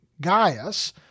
Gaius